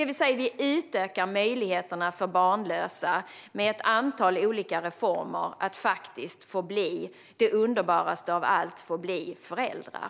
Allt detta innebär att vi med ett antal olika reformer utökar möjligheterna för barnlösa att få bli det underbaraste av allt: föräldrar.